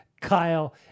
Kyle